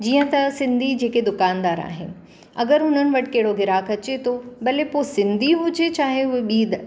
जीअं त सिंधी जेके दुकानदार आहिनि अगरि उन्हनि वटि कहिड़ो गिराकु अचे थो भले पोइ सिंधी हुजे चाहे उहो ॿीं